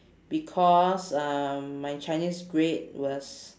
because um my chinese grade was